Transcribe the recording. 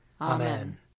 Amen